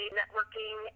networking